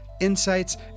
insights